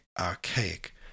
archaic